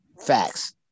Facts